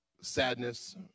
Sadness